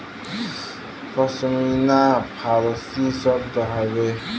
पश्मीना फारसी शब्द हउवे